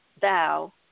thou